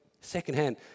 secondhand